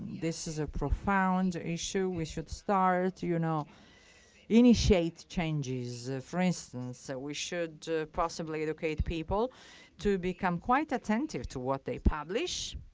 this is a profound issue. we should start, you know initiate changes. for instance, so we should possibly educate people to become quite attentive to what they publish.